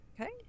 Okay